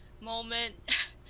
moment